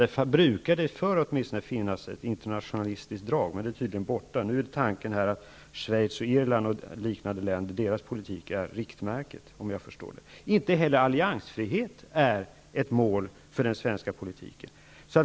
Det brukade, åtminstone förr, finnas ett internationalistiskt drag. Men det är tydligen borta. Tanken är att nu att politiken i länder som Irland och Schweiz utgör ett riktmärke, om jag har förstått det rätt. Alliansfrihet är inte heller ett mål för den svenska politiken.